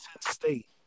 State